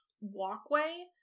walkway